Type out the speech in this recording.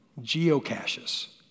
geocaches